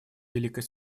великая